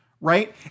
Right